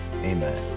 amen